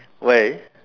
why ah